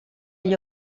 gli